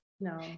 No